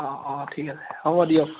অঁ অঁ ঠিক আছে হ'ব দিয়ক